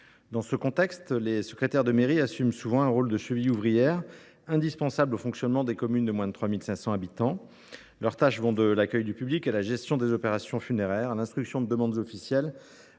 Dans ce contexte, les secrétaires de mairie assument souvent un rôle de cheville ouvrière indispensable au fonctionnement des communes de moins de 3 500 habitants. Leurs tâches vont de l’accueil du public à la gestion des opérations funéraires, à l’instruction de demandes officielles,